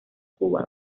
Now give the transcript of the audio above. cuba